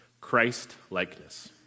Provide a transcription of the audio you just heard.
Christ-likeness